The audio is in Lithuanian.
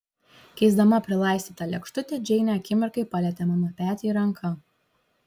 keisdama prilaistytą lėkštutę džeinė akimirkai palietė mano petį ranka